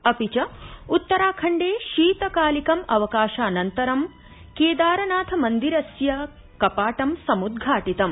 अपि च उत्तराखण्डे शीतकालिकम् अवकाशानन्तरं केदारनाथ मंदिरस्य कपाटं सम्द्टितम्